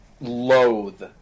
loathe